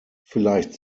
vielleicht